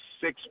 six